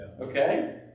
Okay